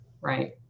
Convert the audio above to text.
right